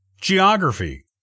geography